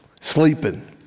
sleeping